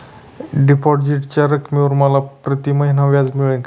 डिपॉझिटच्या रकमेवर मला प्रतिमहिना व्याज मिळेल का?